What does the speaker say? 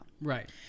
Right